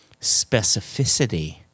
specificity